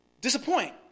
disappoint